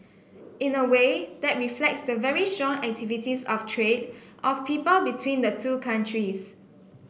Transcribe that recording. in a way that reflects the very strong activities of trade of people between the two countries